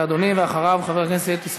חבר הכנסת נחמן שי, בבקשה, אדוני.